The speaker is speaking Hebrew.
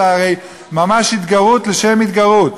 זו הרי ממש התגרות לשם התגרות.